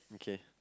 okay